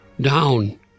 Down